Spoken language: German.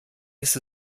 ist